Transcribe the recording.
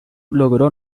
logró